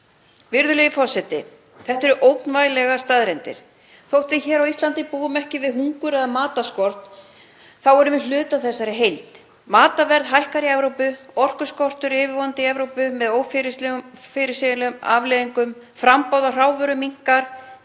Virðulegi forseti. Þetta eru ógnvænlegar staðreyndir. Þótt við hér á Íslandi búum ekki við hungur eða matarskort þá erum við hluti af þessari heild. Matarverð hækkar í Evrópu, orkuskortur er yfirvofandi í Evrópu með ófyrirsjáanlegum afleiðingum og framboð á hrávöru minnkar